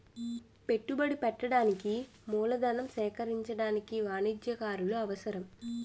పెట్టుబడి పెట్టడానికి మూలధనం సేకరించడానికి వాణిజ్యకారులు అవసరం